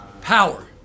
Power